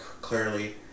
clearly